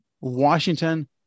Washington